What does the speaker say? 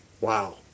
Wow